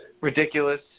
ridiculous